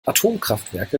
atomkraftwerke